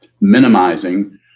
minimizing